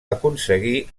aconseguir